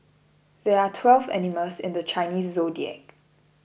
there are twelve animals in the Chinese zodiac